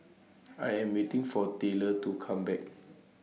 I Am waiting For Taylor to Come Back